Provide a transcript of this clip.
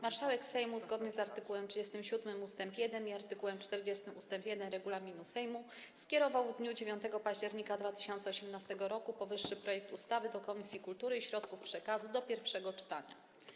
Marszałek Sejmu zgodnie z art. 37 ust. 1 i art. 40 ust. 1 regulaminu Sejmu skierował w dniu 9 października 2018 r. powyższy projekt ustawy do Komisji Kultury i Środków Przekazu do pierwszego czytania.